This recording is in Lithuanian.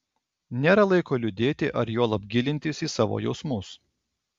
nėra laiko liūdėti ar juolab gilintis į savo jausmus